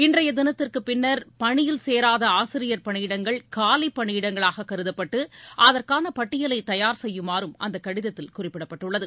இன்றைய தினத்திற்குப் பின்னர் பணியில் சேராத ஆசிரியர் பணியிடங்கள் காலிப் பணியிடங்களாக கருதப்பட்டு அதற்கான பட்டியலை தயார் செய்யுமாறும் அந்த கடிதத்தில் குறிப்பிடப்பட்டுள்ளது